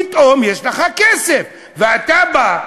פתאום יש לך כסף, ואתה בא,